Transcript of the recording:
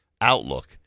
outlook